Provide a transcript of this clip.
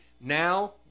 now